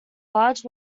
large